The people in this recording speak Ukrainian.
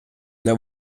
для